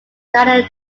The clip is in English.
died